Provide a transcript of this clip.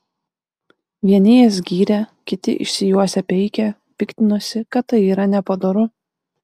vieni jas gyrė kiti išsijuosę peikė piktinosi kad tai yra nepadoru